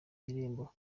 irembo